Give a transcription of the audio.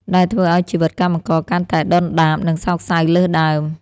ដែលធ្វើឱ្យជីវិតកម្មករកាន់តែដុនដាប និងសោកសៅលើសដើម។